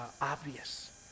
obvious